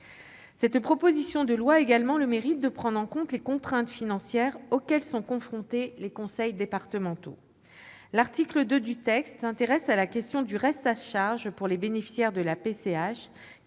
Cette proposition de loi a également le mérite de prendre en compte les contraintes financières auxquelles sont confrontés les conseils départementaux. L'article 2 du texte s'intéresse à la question du reste à charge pour les bénéficiaires de la PCH,